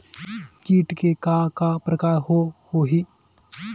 कीट के का का प्रकार हो होही?